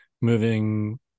moving